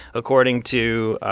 according to,